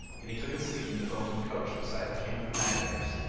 and he took his seat in the golden coach beside the king of the magyars.